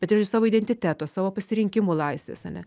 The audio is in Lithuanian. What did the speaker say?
bet ir iš savo identiteto savo pasirinkimų laisvės ane